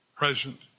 present